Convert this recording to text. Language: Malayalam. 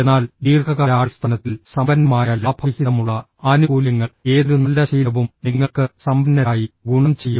എന്നാൽ ദീർഘകാലാടിസ്ഥാനത്തിൽ സമ്പന്നമായ ലാഭവിഹിതമുള്ള ആനുകൂല്യങ്ങൾ ഏതൊരു നല്ല ശീലവും നിങ്ങൾക്ക് സമ്പന്നരായി ഗുണം ചെയ്യും